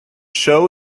show